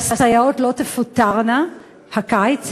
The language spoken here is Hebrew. שהסייעות לא תפוטרנה בקיץ.